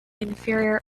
inferior